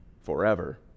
forever